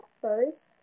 first